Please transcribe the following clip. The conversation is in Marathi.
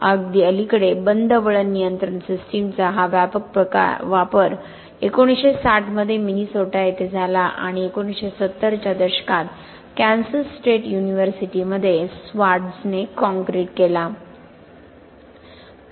आणि अगदी अलीकडे बंद वळण नियंत्रण सिस्टमचा हा व्यापक वापर 1960 मध्ये मिनेसोटा येथे झाला आणि 1970 च्या दशकात कॅन्सस स्टेट युनिव्हर्सिटीमध्ये स्वार्ट्झने काँक्रीट केला